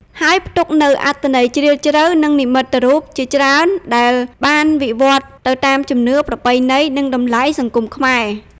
ហើយផ្ទុកនូវអត្ថន័យជ្រាលជ្រៅ និងនិមិត្តរូបជាច្រើន ដែលបានវិវត្តន៍ទៅតាមជំនឿ ប្រពៃណី និងតម្លៃសង្គមខ្មែរ។